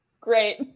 Great